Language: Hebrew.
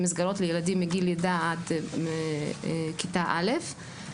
- מסגרות לילדים מגיל לידה עד כיתה א'.